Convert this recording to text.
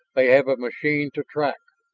they have a machine to track